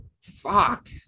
fuck